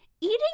eating